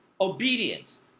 Obedience